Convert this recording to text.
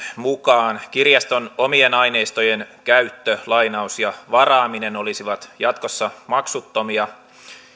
mukaan kirjaston omien aineistojen käyttö lainaus ja varaaminen olisivat jatkossa maksuttomia